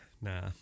Nah